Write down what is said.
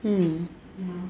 hmm ya